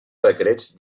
secrets